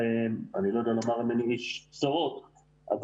אני לא יודע לומר אם אני איש בשורות אבל